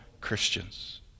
Christians